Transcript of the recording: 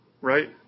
Right